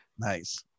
Nice